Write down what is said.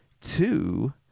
two